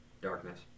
darkness